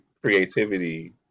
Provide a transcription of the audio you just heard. creativity